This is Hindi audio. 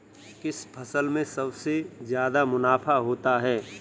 किस फसल में सबसे जादा मुनाफा होता है?